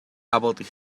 about